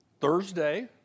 Thursday